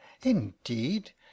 indeed